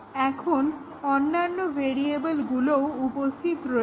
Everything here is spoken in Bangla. এখন অন্যান্য ভেরিয়েবলগুলোও উপস্থিত রয়েছে